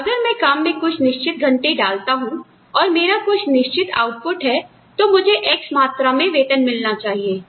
अगर मैं काम में कुछ निश्चित घंटे डालता हूं और मेरा कुछ निश्चित आउटपुट है तो मुझे 'X' मात्रा में वेतन मिलना चाहिए